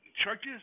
churches